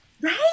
Right